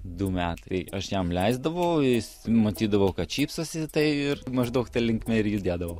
du metai aš jam leisdavau jis matydavau kad šypsosi tai ir maždaug ta linkme ir judėdavau